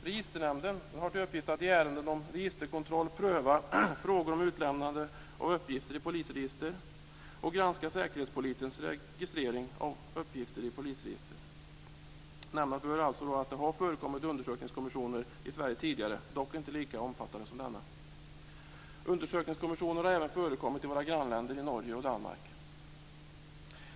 Registernämnden har till uppgift att i ärenden om registerkontroll pröva frågor om utlämnande av uppgifter i polisregister och granska Säkerhetspolisens registrering av uppgifter i polisregister. Nämnas bör alltså att det har förekommit undersökningskommissioner i Sverige tidigare, dock inte lika omfattande som denna. Undersökningskommissioner har även förekommit i våra grannländer Norge och Danmark.